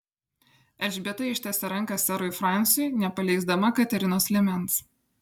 elžbieta ištiesė ranką serui fransiui nepaleisdama katerinos liemens